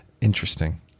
Interesting